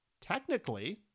technically